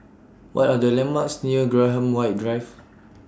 What Are The landmarks near Graham White Drive